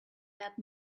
that